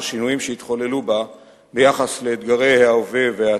בשינויים שיתחוללו בה ביחס לאתגרי ההווה והעתיד.